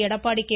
Edappadi K